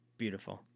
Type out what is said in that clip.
beautiful